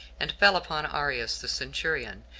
and fell upon arius, the centurion,